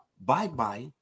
bye-bye